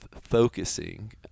focusing